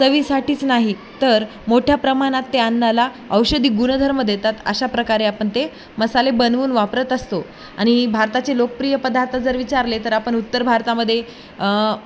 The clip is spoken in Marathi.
चवीसाठीच नाही तर मोठ्या प्रमाणात ते अन्नाला औषधी गुनधर्म देतात अशा प्रकारे आपण ते मसाले बनवून वापरत असतो आणि भारताचे लोकप्रिय पदार्थ जर विचारले तर आपण उत्तर भारतामध्ये